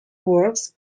works